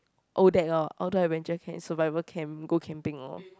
oh that orh Outdoor Adventure camp survival camp go camping lor